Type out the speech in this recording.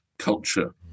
culture